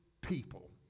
people